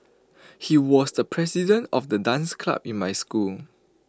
he was the president of the dance club in my school